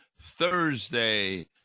Thursday